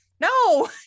no